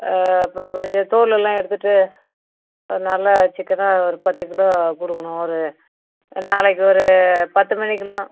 அப்புறம் கொஞ்சம் தோல் எல்லாம் எடுத்துவிட்டு ஒரு நல்ல சிக்கனாக ஒரு பத்துக் கிலோ கொடுக்குணும் ஒரு நாளைக்கு ஒரு பத்து மணிக்கெலாம்